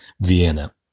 Vienna